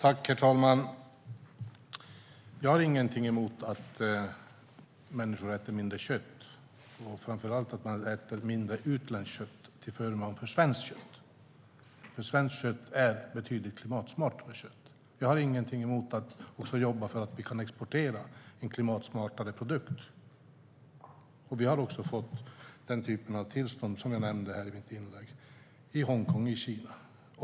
Herr talman! Jag har ingenting emot att människor äter mindre kött och framför allt att man äter mindre utländskt kött till förmån för svenskt kött, för svenskt kött är betydligt klimatsmartare. Jag har ingenting emot att jobba för att vi ska kunna exportera en klimatsmartare produkt. Vi har också fått den typ av tillstånd som jag nämnde i mitt inlägg i Hongkong i Kina.